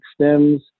stems